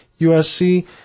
USC